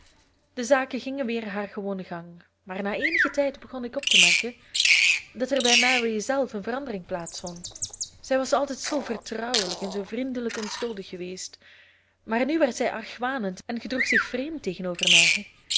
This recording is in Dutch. de zaken gingen weer haar gewonen gang maar na eenigen tijd begon ik op te merken dat er bij mary zelf een verandering plaats vond zij was altijd zoo vertrouwelijk en zoo vriendelijk onschuldig geweest maar nu werd zij argwanend en gedroeg zich vreemd tegenover mij